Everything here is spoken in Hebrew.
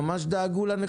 ממש דאגו לנכים.